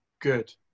good